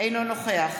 נגד